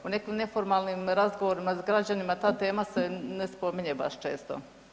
U nekim neformalnim razgovorima s građanima ta tema se ne spominje baš često.